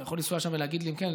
אתה יכול לנסוע שם ולהגיד לי אם כן.